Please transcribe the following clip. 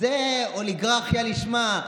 זו אוליגרכיה לשמה.